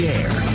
air